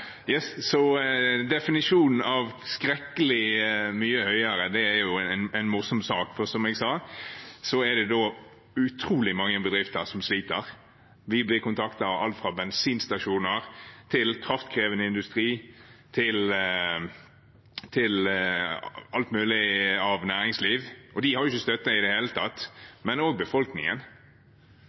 dobbelt så høye for mange, og det er altfor dyrt. Definisjonen av «skrekkelig mye høyere» er en morsom sak, for som jeg sa, er det utrolig mange bedrifter som sliter. Vi blir kontaktet av alt fra bensinstasjoner til kraftkrevende industri og alt av næringsliv ellers – de har jo ikke har støtte i det hele tatt – men også av befolkningen.